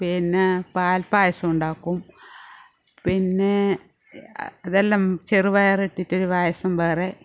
പിന്നെ പാൽപ്പായസം ഉണ്ടാക്കും പിന്നെ അതെല്ലാം ചെറുപയറിട്ടിട്ടൊരു പായസം വേറെ